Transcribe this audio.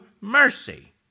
mercy